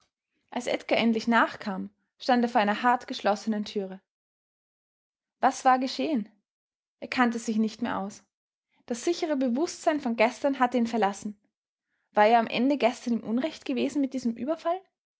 als edgar endlich nachkam stand er vor einer hart geschlossenen türe was war geschehen er kannte sich nicht mehr aus das sichere bewußtsein von gestern hatte ihn verlassen war er am ende gestern im unrecht gewesen mit diesem überfall